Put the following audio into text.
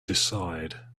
decide